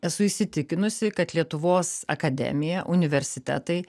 esu įsitikinusi kad lietuvos akademija universitetai